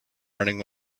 running